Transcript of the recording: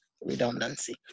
redundancy